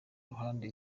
ruhande